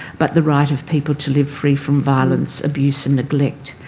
but the right of people to live free from violence, abuse and neglect.